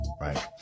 Right